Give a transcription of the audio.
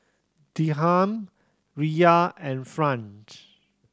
Dirham Riyal and Franc